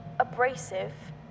Abrasive